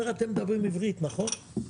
אמר אתם מדברים עברית, נכון?